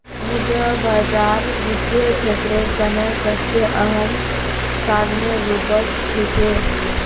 मुद्रा बाजार वित्तीय क्षेत्रेर तने सबसे अहम साधनेर रूपत छिके